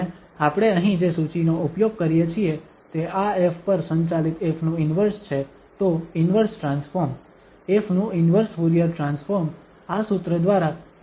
અને આપણે અહીં જે સૂચિનો ઉપયોગ કરીએ છીએ તે આ F પર સંચાલિત ƒ નું ઇન્વર્સ છે તો ઇન્વર્સ ટ્રાન્સફોર્મ ƒ નું ઇન્વર્સ ફુરીયર ટ્રાન્સફોર્મ આ સૂત્ર દ્વારા અહીં આપવામાં આવ્યું છે